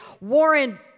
Warren